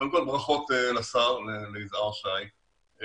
קודם כל ברכות לשר, ליזהר שי,